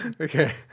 Okay